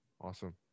awesome